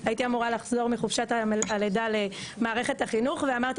הייתי אמורה לחזור מחופשת הלידה למערכת החינוך ואמרתי